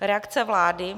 Reakce vlády?